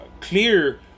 clear